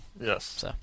Yes